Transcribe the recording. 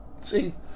Jeez